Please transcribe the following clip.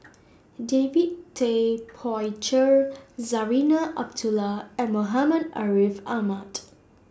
David Tay Poey Cher Zarinah Abdullah and Muhammad Ariff Ahmad